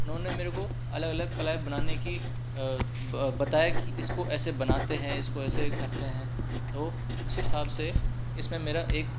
उन्होंने मेरे को अलग अलग कलाएँ बनाना की बताया कि इसको ऐसे बनाते हैं इसको ऐसे करते हैं तो उस हिसाब से इसमें मेरा एक